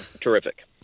terrific